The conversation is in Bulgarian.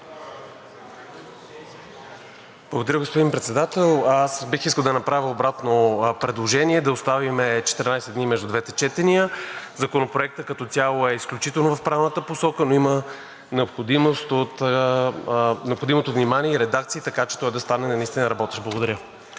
Благодаря, господин Председател. Аз бих искал да направя обратно предложение – да оставим 14 дни между двете четения. Законопроектът като цяло е изключително в правилната посока, но има необходимост от внимание и редакции, така че той да стане наистина работещ. Благодаря.